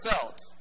felt